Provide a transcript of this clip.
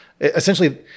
essentially